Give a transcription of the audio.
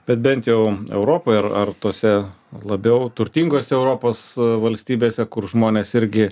bet bent jau europoj ar ar tose labiau turtingose europos valstybėse kur žmonės irgi